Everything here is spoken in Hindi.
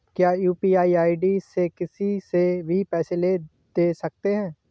क्या यू.पी.आई आई.डी से किसी से भी पैसे ले दे सकते हैं?